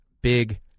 Big